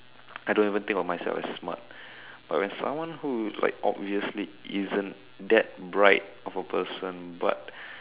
I don't even think of myself as smart but when someone who like obviously isn't that bright of a person but